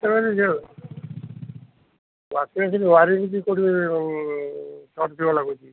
ସେମାନେ ଯେଉଁ washing machine wiring କେଉଁଠି ସର୍ଟ ଥିବା ଲାଗୁ ଲାଗୁଛି